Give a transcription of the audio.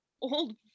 old